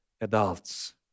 adults